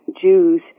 Jews